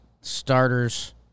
Starters